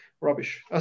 Rubbish